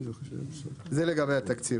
זה לגבי התקציב.